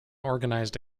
organized